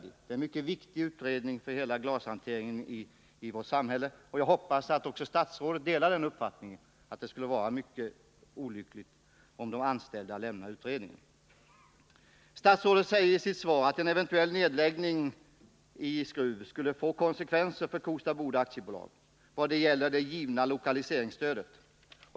Det är fråga om en mycket viktig utredning för hela glashanteringen i vårt samhälle, och jag hoppas att också statsrådet delar den uppfattningen. Statsrådet säger i sitt svar att en eventuell nedläggning i Skruv skulle få konsekvenser för Kosta Boda AB i vad gäller det utbetalade lokaliseringsstödet.